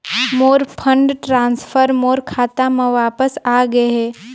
मोर fund transfer मोर खाता म वापस आ गे हे